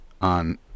on